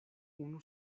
unu